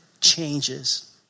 changes